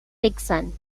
dickson